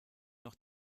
noch